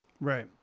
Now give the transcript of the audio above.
Right